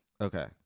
Okay